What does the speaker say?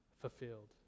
fulfilled